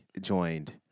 joined